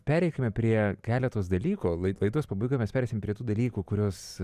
pereikime prie keletos dalykų laidos pabaigoje mes pereisime prie tų dalykų kuriuos